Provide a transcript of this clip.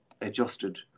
adjusted